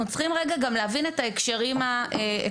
אנחנו צריכים להבין גם את ההקשרים הרלוונטיים.